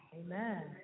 Amen